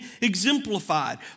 exemplified